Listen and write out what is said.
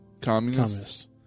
communist